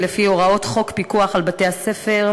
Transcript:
ולפי הוראות חוק פיקוח על בתי-ספר,